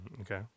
Okay